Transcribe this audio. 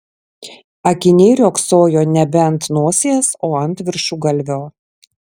akiniai riogsojo nebe ant nosies o ant viršugalvio